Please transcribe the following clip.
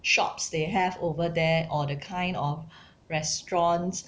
shops they have over there or the kind of restaurants